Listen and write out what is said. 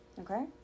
Okay